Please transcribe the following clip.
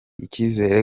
icyizere